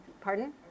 Pardon